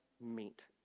meet